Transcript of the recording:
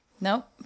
Nope